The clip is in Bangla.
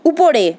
উপরে